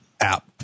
app